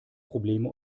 probleme